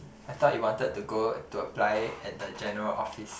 I thought you wanted to go to apply at the general office